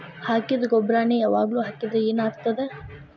ಹಾಕಿದ್ದ ಗೊಬ್ಬರಾನೆ ಯಾವಾಗ್ಲೂ ಹಾಕಿದ್ರ ಏನ್ ಆಗ್ತದ?